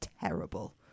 terrible